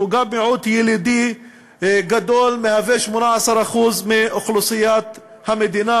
גם מיעוט ילידי גדול המהווה 18% מאוכלוסיית המדינה.